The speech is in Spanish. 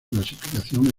clasificación